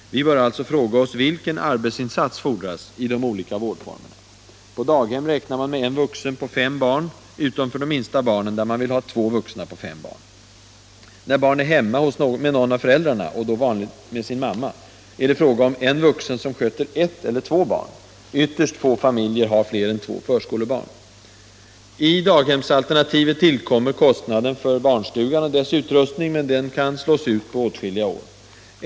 Vi bör alltså fråga oss: Vilken arbetsinsats fordras i de olika vårdformerna? På daghem räknar man med en vuxen på fem barn, utom för de minsta barnen där man vill ha två vuxna på fem barn. När barn är hemma med någon av föräldrarna — och då vanligen med sin mamma -— är det fråga om en vuxen som sköter ett eller två barn; ytterst få familjer har fler än två förskolebarn. I daghemsalternativet tillkommer kostnaden för barnstugan och dess utrustning, men den kan slås ut på åtskilliga år.